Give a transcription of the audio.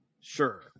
Sure